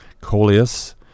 coleus